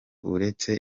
uretse